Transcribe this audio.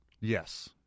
Yes